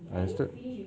understood